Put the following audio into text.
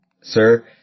sir